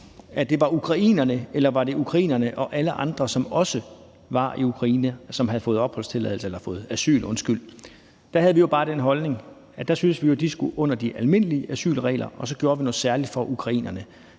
om det var ukrainerne, eller om det var ukrainerne og alle andre, som også var i Ukraine, som kunne få asyl. Der havde vi jo bare den holdning, at de skulle under de almindelige asylregler, og så gjorde vi noget særligt for ukrainerne.